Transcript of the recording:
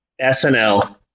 SNL